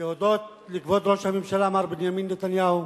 להודות לכבוד ראש הממשלה מר בנימין נתניהו,